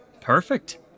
Perfect